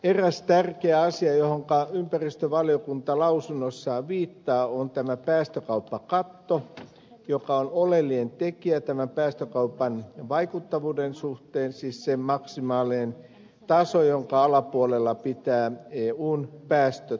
eräs tärkeä asia johonka ympäristövaliokunta lausunnossaan viittaa on tämä päästökauppakatto joka on oleellinen tekijä tämän päästökaupan vaikuttavuuden suhteen siis sen maksimaalinen taso jonka alapuolella pitää eun päästöt olla